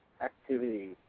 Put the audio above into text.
activity